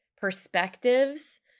perspectives